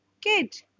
kid